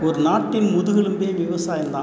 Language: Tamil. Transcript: ஒரு நாட்டின் முதுகெலும்பே விவசாயம் தான்